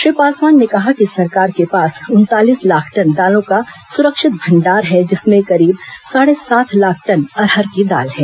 श्री पासवान ने कहा कि सरकार के पास उनतालीस लाख टन दालों का सुरक्षित भंडार है जिसमें करीब साढ़े सात लाख टन अरहर की दाल है